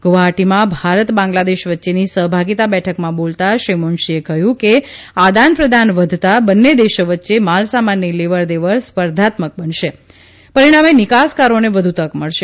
ગુવાહાટીમાં ભારત બાંગ્લાદેશ વચ્ચેની સહભાગીતા બેઠકમાં બોલતાં શ્રી મુનશીએ કહ્યું કે આદાનપ્રદાન વધતાં બંને દેશો વચ્ચે માલસામાનની લેવડદેવડ સ્પર્ધાત્મક બનશે પરિણામે નિકાસકારોને વધુ તક મળશે